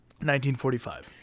1945